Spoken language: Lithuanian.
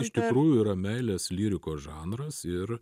iš tikrųjų yra meilės lyrikos žanras ir